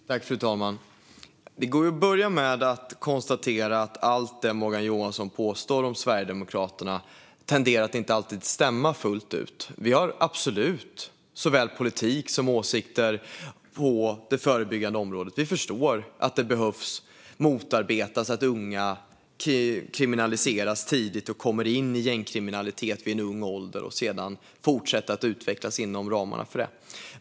Fru talman! Det går ju att börja med att konstatera att det Morgan Johansson påstår om Sverigedemokraterna tenderar att inte alltid stämma fullt ut. Vi har absolut såväl politik som åsikter på det förebyggande området, och vi förstår att man behöver motarbeta att unga blir kriminella tidigt - att de kommer in i gängkriminalitet i ung ålder och fortsätter att utvecklas inom ramarna för det.